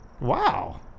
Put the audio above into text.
wow